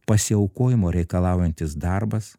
pasiaukojimo reikalaujantis darbas